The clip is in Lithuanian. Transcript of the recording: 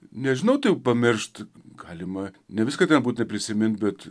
nežinau tai pamiršti galima ne viską ten būtina prisimint bet